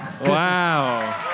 Wow